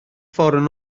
ffordd